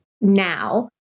now